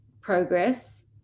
progress